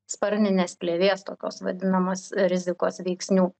sparninės plėvės tokios vadinamos rizikos veiksnių